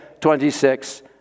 26